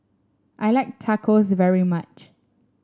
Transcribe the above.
I like Tacos very much